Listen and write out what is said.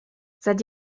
seit